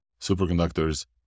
superconductors